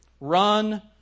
Run